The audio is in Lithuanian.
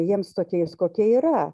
jiems tokiais kokie yra